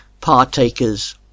partakers